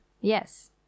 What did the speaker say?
Yes